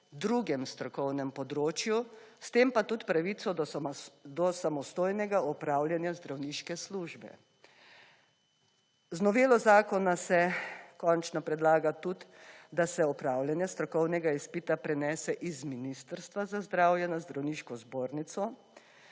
drugem strokovnem področju, s tem pa tudi pravico do samostojnega opravljanja zdravniške službe. Z novelo zakona se kočno predlaga tudi da se opravljanje strokovnega izpita prenese iz Ministrstva za zdravje na Zdravniško zbornico,